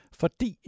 fordi